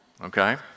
Okay